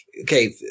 okay